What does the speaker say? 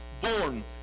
born